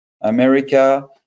America